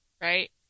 right